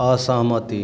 असहमति